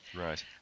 Right